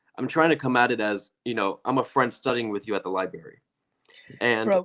i'm trying to come at it as, you know i'm a friend studying with you at the library and bro,